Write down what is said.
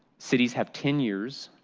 cities have ten years,